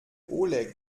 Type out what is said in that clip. oleg